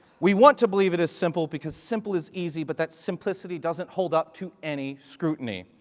we want to believe it is simple because simple is easy. but that simplicity doesn't hold up to any scrutiny.